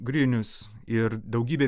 grinius ir daugybė